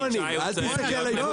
--- לא יבואנים, אל תסתכל על היבואנים.